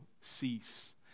cease